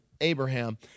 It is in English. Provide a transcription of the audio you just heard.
Abraham